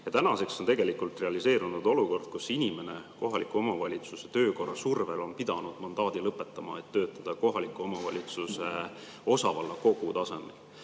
Tänaseks on realiseerunud olukord, kus inimene kohaliku omavalitsuse töökorra survel on pidanud mandaadi lõpetama, et töötada kohaliku omavalitsuse osavalla kogu tasandil.